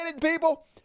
people